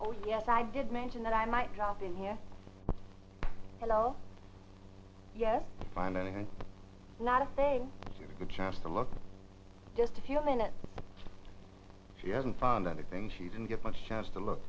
oh yes i did mention that i might drop in here alone yet find anything not a thing this is a good chance to look just a few minutes she hasn't found anything she didn't get much chance to look